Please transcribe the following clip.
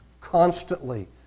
constantly